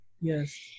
yes